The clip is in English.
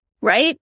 right